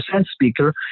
speaker